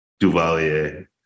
Duvalier